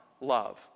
love